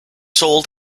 sold